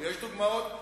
ויש דוגמאות,